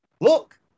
look